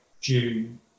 June